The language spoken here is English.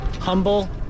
humble